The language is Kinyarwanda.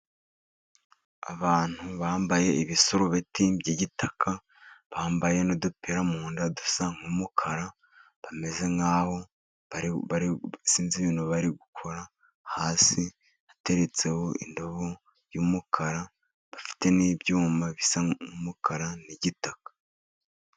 Abantu bambaye ibisurubeti by'igitaka, bambaye n'udupira mu nda dusa nk'umukara. Bameze nk'aho sinzi ibintu bari gukora hasi hateretseho indobo y'umukara ifite n'ibyuma bisa n'umukara n'igitaka.